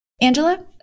Angela